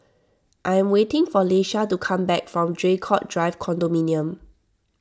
I am waiting for Leisha to come back from Draycott Drive Condominium